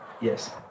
Yes